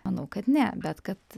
manau kad ne bet kad